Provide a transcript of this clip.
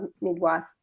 midwife